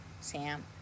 Sam